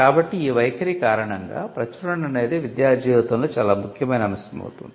కాబట్టి ఈ వైఖరి కారణంగా ప్రచురణ అనేది విద్యా జీవితంలో చాలా ముఖ్యమైన అంశం అవుతుంది